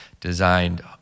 designed